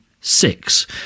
six